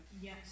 Yes